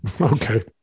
Okay